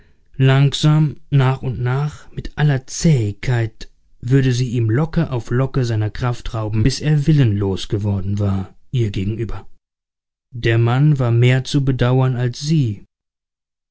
langsam nach und nach mit aller zähigkeit würde sie ihm locke auf locke seiner kraft rauben bis er willenlos geworden war ihr gegenüber der mann war mehr zu bedauern als sie